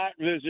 visit